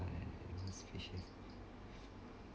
the animal species